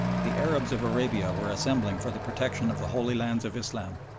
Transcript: the arabs of arabia were assembling for the protection of the holy lands of islam.